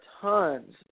tons